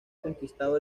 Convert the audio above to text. conquistado